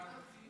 באיזו ועדה?